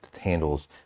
handles